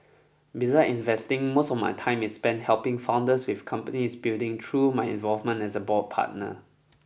beside investing most of my time is spent helping founders with companies building through my involvement as a board partner